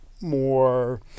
more